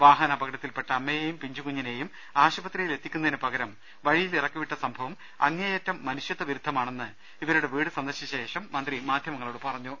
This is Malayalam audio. വാഹന അപകടത്തിൽപ്പെട്ട അമ്മയെയും പിഞ്ചു കുഞ്ഞി നെയും ആശുപത്രിയിൽ എത്തിക്കുന്നതിന് പകരം വഴിയിൽ ഇറക്കിവിട്ട സംഭവം അങ്ങേയറ്റം മനുഷ്യത്ഥവിരുദ്ധമാണെന്ന് ഇവരുടെ വീട്ട് സന്ദർശിച്ച ശേഷം മന്ത്രി മാധ്യമങ്ങളോട് പറഞ്ഞു